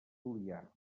juià